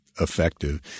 effective